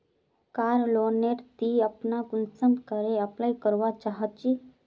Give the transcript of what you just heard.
कार loan नेर ती अपना कुंसम करे अप्लाई करवा चाँ चची?